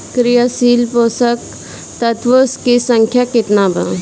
क्रियाशील पोषक तत्व के संख्या कितना बा?